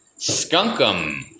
Skunkum